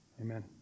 Amen